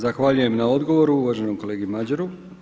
Zahvaljujem na odgovoru uvaženom kolegi Madjeru.